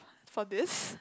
for this